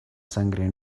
sangre